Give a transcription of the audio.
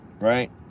right